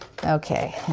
okay